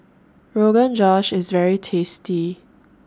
Rogan Josh IS very tasty